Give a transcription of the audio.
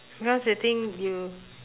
because the thing you